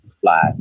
fly